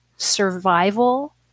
survival